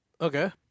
Okay